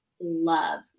love